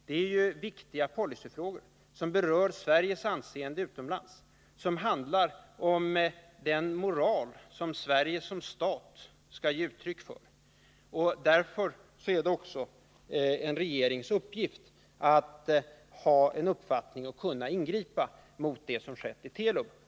Det är viktiga policyfrågor som berör Sveriges anseende utomlands, som handlar om den moral som Sverige som stat skall ge uttryck för. Därför är det också en regerings uppgift att ha en uppfattning om och kunna ingripa mot det som har skett vid Telub.